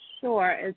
Sure